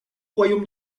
royaume